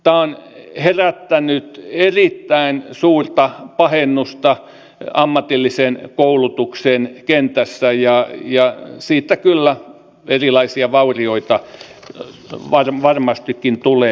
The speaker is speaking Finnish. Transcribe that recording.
tämä on herättänyt erittäin suurta pahennusta ammatillisen koulutuksen kentässä ja siitä kyllä erilaisia vaurioita varmastikin tulee